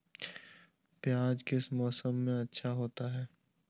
प्याज किस मौसम में अच्छा होता है?